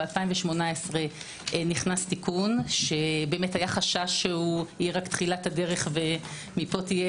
או אז נכנס תיקון שהיה חשש שיהיה רק תחילת הדרך ומפה תהיה